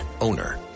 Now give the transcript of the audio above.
owner